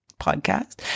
podcast